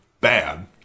bad